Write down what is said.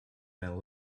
man